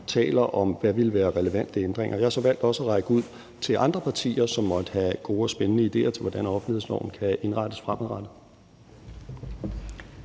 taler om, hvad der ville være relevante ændringer. Jeg har så valgt også at række ud til jer andre partier, som måtte have gode og spændende idéer til, hvordan offentlighedsloven kan indrettes fremadrettet.